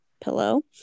pillow